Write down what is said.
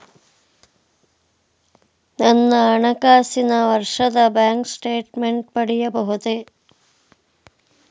ನನ್ನ ಹಣಕಾಸಿನ ವರ್ಷದ ಬ್ಯಾಂಕ್ ಸ್ಟೇಟ್ಮೆಂಟ್ ಪಡೆಯಬಹುದೇ?